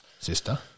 sister